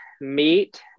meet